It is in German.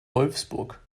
wolfsburg